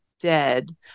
dead